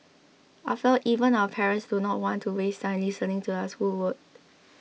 after all if even our parents do not want to waste time listening to us who would